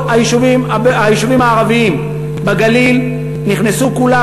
כל היישובים הערביים בגליל, נכנסו כולם.